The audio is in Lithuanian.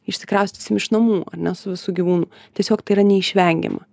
išsikraustysim iš namų ar ne su visu gyvūnu tiesiog tai yra neišvengiama